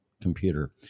computer